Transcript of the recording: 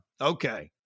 Okay